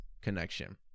connection